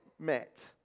met